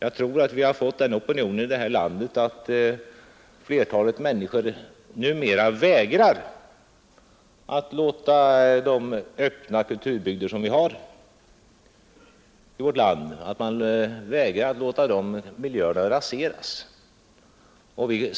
Jag tror att vi har fått den opinionen här i landet att flertalet människor numera vägrar att låta de öppna kulturbyggder raseras som vi ännu har.